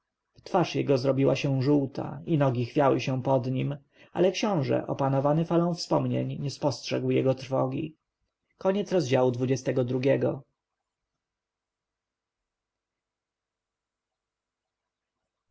twarz jego zrobiła się żółta i nogi chwiały się pod nim ale książę opanowany falą wspomnień nie spostrzegł jego trwogi